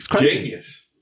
genius